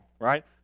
right